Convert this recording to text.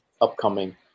upcoming